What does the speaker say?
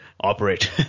operate